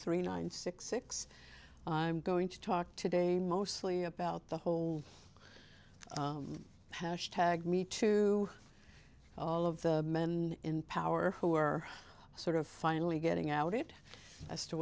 three nine six six i'm going to talk today mostly about the whole hash tag me to all of the men in power who are sort of finally getting out of it as to